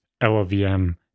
LLVM